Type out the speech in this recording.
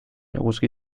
eguzki